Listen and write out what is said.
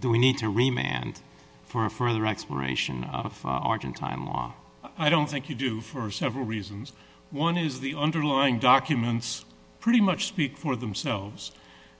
do we need to remain and for further exploration of arjen time long i don't think you do for several reasons one is the underlying documents pretty much speak for themselves